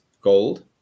gold